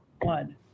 one